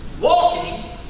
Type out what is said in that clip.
Walking